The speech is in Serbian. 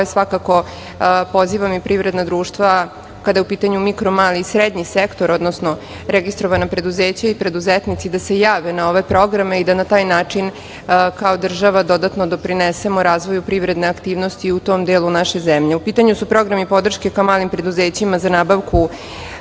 svakako pozivam i privredna društva, kada je u pitanju mikro, mali i srednji sektor, odnosno registrovana preduzeća i preduzetnici, da se jave na ove programe i da na taj način kao država dodatno doprinesemo razvoju privredne aktivnosti u tom delu naše zemlje.U pitanju su programi podrške ka malim preduzećima za nabavku